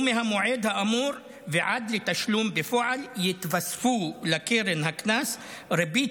ומהמועד האמור ועד לתשלום בפועל יתווספו לקרן הקנס ריבית